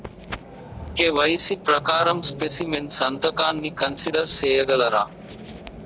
KYC ప్రకారం specimen సంతకాన్ని consider సేయగలరా?